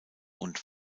und